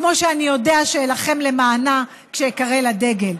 כמו שאני יודע שאלחם למענה כשאקרא לדגל.